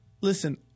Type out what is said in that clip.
Listen